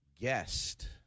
guest